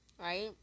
right